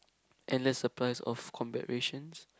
endless supplies of combat rations